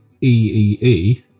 EEE